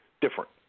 different